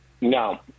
No